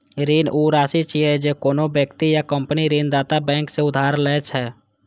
ऋण ऊ राशि छियै, जे कोनो व्यक्ति या कंपनी ऋणदाता बैंक सं उधार लए छै